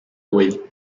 buey